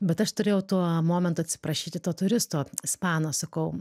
bet aš turėjau tuo momentu atsiprašyti to turisto ispano sakau